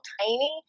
tiny